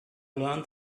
learned